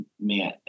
man